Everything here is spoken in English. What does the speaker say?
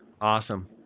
Awesome